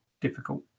difficult